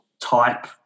type